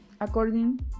according